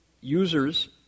users